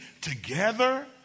together